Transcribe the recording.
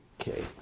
Okay